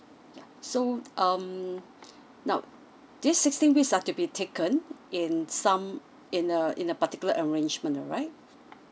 yeah so um now this sixteen weeks are to be taken in some in a in a particular arrangement alright